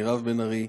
מירב בן ארי,